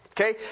Okay